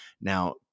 now